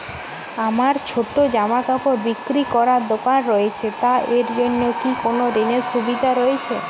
আমার ছোটো জামাকাপড় বিক্রি করার দোকান রয়েছে তা এর জন্য কি কোনো ঋণের সুবিধে রয়েছে?